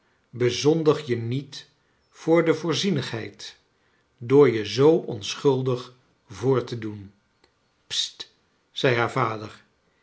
bezondig je niet voor de voorzienigheid door je zoo onschuldig voor te doen i st zei haar vader